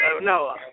No